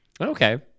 Okay